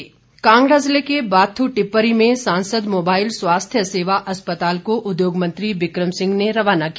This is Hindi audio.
बिक्रम सिंह कांगड़ा ज़िले के बाथू टिप्परी में सांसद मोबाइल स्वास्थ्य सेवा अस्पताल को उद्योग मंत्री बिक्रम सिंह ने रवाना किया